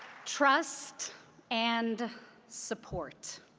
trust and support.